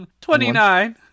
Twenty-nine